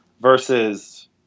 versus